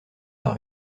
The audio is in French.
par